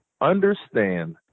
understand